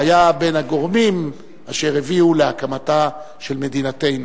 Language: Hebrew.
והיה בין הגורמים אשר הביאו להקמתה של מדינתנו.